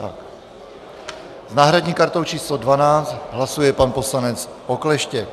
S náhradní kartou číslo 12 hlasuje pan poslanec Okleštěk.